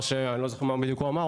אני לא זוכר מה בדיוק הוא אמר.